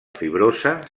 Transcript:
fibrosa